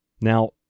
Now